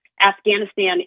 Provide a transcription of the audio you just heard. Afghanistan